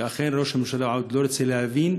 וראש הממשלה עוד לא רוצה להבין